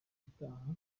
itaha